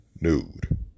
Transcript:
nude